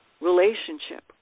relationship